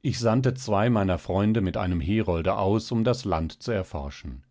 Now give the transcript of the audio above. ich sandte zwei meiner freunde mit einem herolde aus um das land zu erforschen